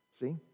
See